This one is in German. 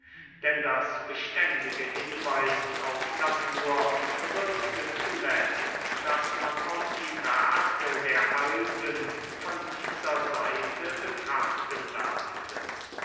denn das beständige hinweisen auf natur bewirkte zuletzt daß man auch die werke der alten von dieser seite betrachten lernte